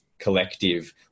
collective